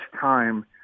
time